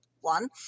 one